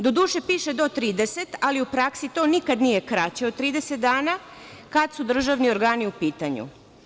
Doduše, piše do 30 dana, ali u praksi to nikada nije kraće od 30 dana, kada su državni organi u pitanju.